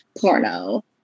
porno